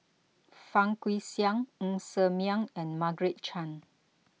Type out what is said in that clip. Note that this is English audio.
Fang Guixiang Ng Ser Miang and Margaret Chan